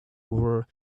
were